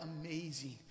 amazing